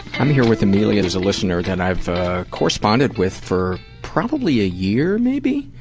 i'm here with amelia who's a listener that i've corresponded with for probably a year maybe?